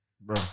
Bro